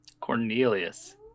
Cornelius